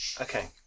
Okay